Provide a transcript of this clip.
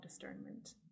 discernment